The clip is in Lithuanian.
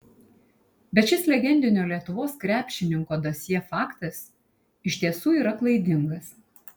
bet šis legendinio lietuvos krepšininko dosjė faktas iš tiesų yra klaidingas